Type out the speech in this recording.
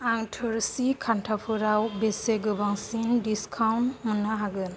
आं थोरसि खान्थाफोराव बेसे गोबांसिन डिसकाउन्ट मोन्नो हागोन